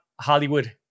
Hollywood